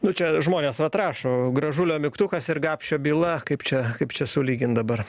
nu čia žmonės vat rašo gražulio mygtukas ir gapšio byla kaip čia kaip čia sulygint dabar